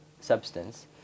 substance